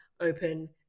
open